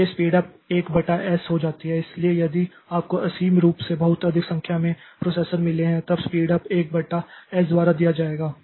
इसलिए speedup 1 बटा S हो जाती है इसलिए यदि आपको असीम रूप से बहुत अधिक संख्या में प्रोसेसर मिले हैं तब स्पीड उप 1 बटा एस द्वारा दिया जाएगा